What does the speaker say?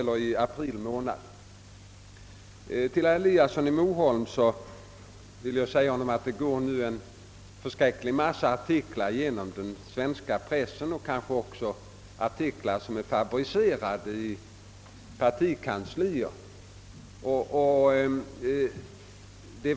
Men jag tror att det är skäl att vänta med debatten till dess. Det är riktigt, herr Eliasson i Moholm, att det just nu går en mängd artiklar genom den svenska pressen, artiklar som kanske är fabricerade i partikanslier.